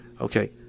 okay